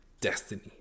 destiny